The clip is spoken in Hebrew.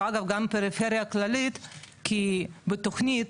ואגב גם פריפריה כללית כי בתוכנית